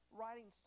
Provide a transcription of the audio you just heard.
writing